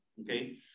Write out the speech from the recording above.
okay